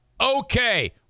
okay